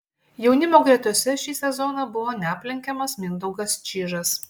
jaunimo gretose šį sezoną buvo neaplenkiamas mindaugas čyžas